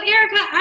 Erica